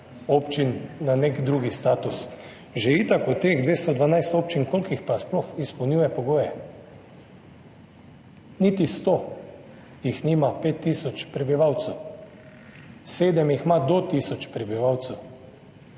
občin na nek drugi status. Od teh 212 občin, koliko jih pa sploh izpolnjuje pogoje? Niti 100 jih nima pet tisoč prebivalcev. Sedem jih ima do tisoč prebivalcev.